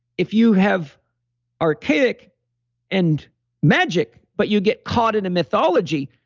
if you have archaic and magic but you get caught in a mythology,